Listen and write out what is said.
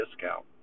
discount